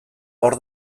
hor